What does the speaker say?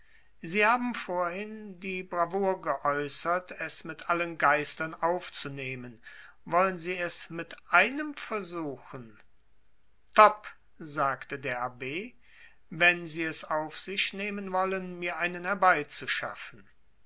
sie haben vorhin die bravour geäußert es mit allen geistern aufzunehmen wollen sie es mit einem versuchen topp sagte der abb wenn sie es auf sich nehmen wollen mir einen herbeizuschaffen